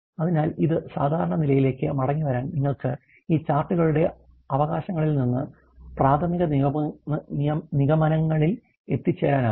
അതിനാൽ ഇത് സാധാരണ നിലയിലേക്ക് മടങ്ങിവരാൻ നിങ്ങൾക്ക് ഈ ചാർട്ടുകളുടെ അവകാശങ്ങളിൽ നിന്ന് പ്രാഥമിക നിഗമനങ്ങളിൽ എത്തിച്ചേരാനാകും